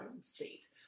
state